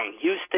Houston